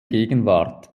gegenwart